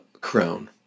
crown